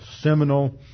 seminal